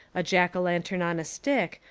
a jack-o'-lantern on a stick,